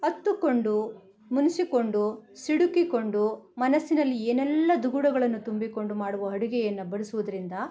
ಅತ್ತುಕೊಂಡು ಮುನಿಸಿಕೊಂಡು ಸಿಡುಕಿಕೊಂಡು ಮನಸ್ಸಿನಲ್ಲಿ ಏನೆಲ್ಲ ದುಗುಡಗಳನ್ನು ತುಂಬಿಕೊಂಡು ಮಾಡುವ ಅಡುಗೆಯನ್ನು ಬಡಿಸೋದರಿಂದ